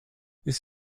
this